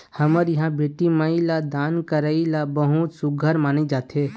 हमर इहाँ बेटी माई ल दान करई ल बहुत सुग्घर माने जाथे